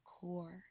core